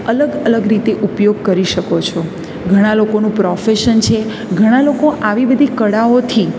અલગ અલગ રીતે ઉપયોગ કરી શકો છો ઘણા લોકોનું પ્રોફેસન છે ઘણાં લોકો આવી બધી કળાઓથી